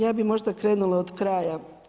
Ja bih možda krenula od kraja.